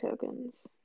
tokens